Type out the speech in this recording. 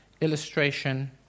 illustration